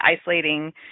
isolating